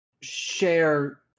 share